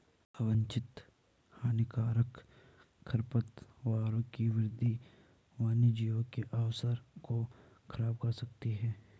अवांछित हानिकारक खरपतवारों की वृद्धि वन्यजीवों के आवास को ख़राब कर सकती है